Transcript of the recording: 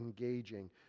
engaging